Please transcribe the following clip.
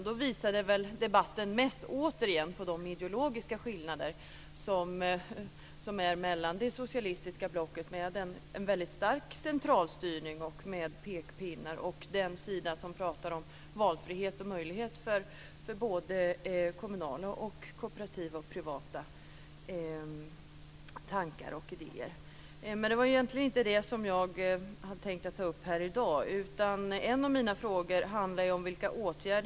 Då visade debatten återigen mest på de ideologiska skillnaderna mellan det socialistiska blocket med en väldigt stark centralstyrning och pekpinnar och den sida som talar om valfrihet och möjlighet för såväl kommunala och kooperativa som privata tankar och idéer. Men det var egentligen inte detta som jag hade tänkt ta upp här i dag.